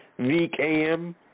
VKM